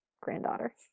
granddaughter